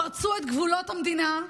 פרצו את גבולות המדינה,